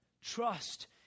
Trust